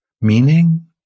meaning